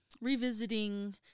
Revisiting